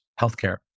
healthcare